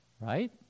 right